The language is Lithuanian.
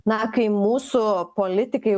na kai mūsų politikai